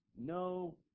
no